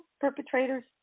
perpetrators